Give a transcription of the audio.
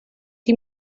die